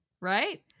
Right